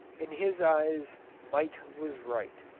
in his eyes might was right.